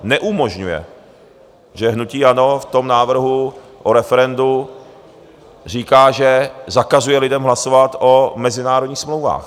Neumožňuje, že hnutí ANO v tom návrhu o referendu říká, že zakazuje lidem hlasovat o mezinárodních smlouvách.